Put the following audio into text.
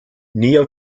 neo